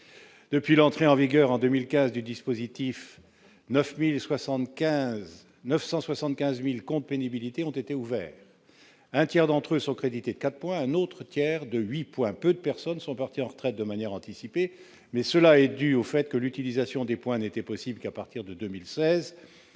Depuis l'entrée en vigueur du dispositif en 2015, 975 000 comptes pénibilité ont été ouverts : un tiers d'entre eux est crédité de quatre points, un autre tiers de huit. Peu de personnes sont parties à la retraite de manière anticipée, mais cela est dû aux faits que l'utilisation des points n'a été possible qu'à partir de 2016